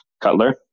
Cutler